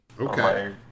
okay